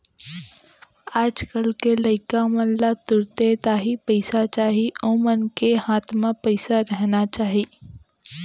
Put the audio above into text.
आज कल के लइका मन ला तुरते ताही पइसा चाही ओमन के हाथ म पइसा रहना चाही